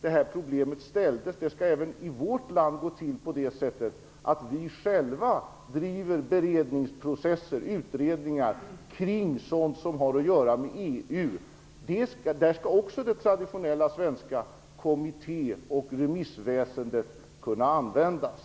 Det skall även i vårt land gå till på det sättet när vi driver beredningsprocesser och utredningar kring sådant som har med EU att göra, att det traditionella svenska kommitté och remissväsendet skall kunna användas.